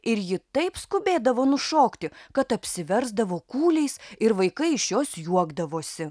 ir ji taip skubėdavo nušokti kad apsiversdavo kūliais ir vaikai iš jos juokdavosi